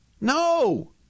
No